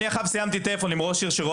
אני עכשיו סיימתי שיחת טלפון עם ראש עיר שצופה